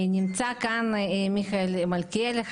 נמצא כאן חבר הכנסת מיכאל מלכיאלי.